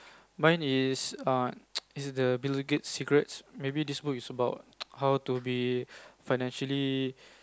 mine is err is the Bill-Gate's secrets maybe this book is about how to be financially